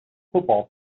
football